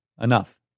Enough